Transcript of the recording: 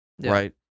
right